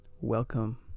welcome